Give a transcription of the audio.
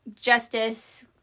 justice